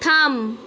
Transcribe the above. থাম